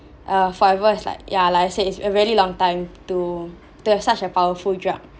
uh forever is like yeah like I said it's a very long time to to have such a powerful drug